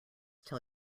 tell